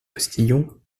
postillon